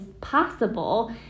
possible